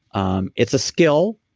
um it's a skill.